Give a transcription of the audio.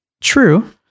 True